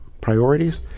priorities